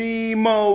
Nemo